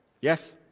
Yes